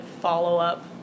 follow-up